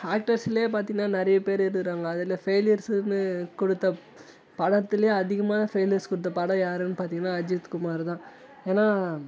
ஆக்ட்டர்ஸ்லே பார்த்தீங்கன்னா நிறையா பேர் இருக்கிறாங்க அதில் ஃபெயிலர்ஸுன்னு கொடுத்த படத்துல அதிகமானாக ஃபெயிலியர்ஸ் கொடுத்த படம் யாருன்னு பார்த்தீங்கன்னா அஜித் குமார் தான் ஏன்னா